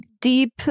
deep